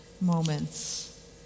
moments